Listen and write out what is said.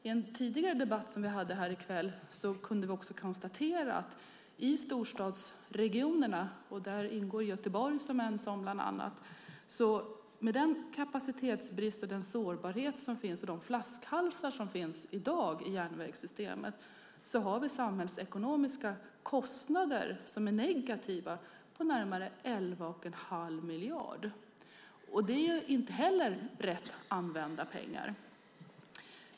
I en tidigare debatt i kväll kunde vi konstatera att i storstadsregionerna där bland annat Göteborg ingår, med den kapacitetsbrist och den sårbarhet som finns, liksom de flaskhalsar som i dag finns i järnvägssystemet, har vi samhällsekonomiska kostnader på närmare 11 1⁄2 miljarder som är negativa. Det är inte heller rätt använda pengar.